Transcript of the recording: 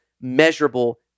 measurable